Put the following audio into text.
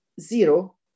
zero